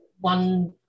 one